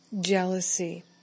jealousy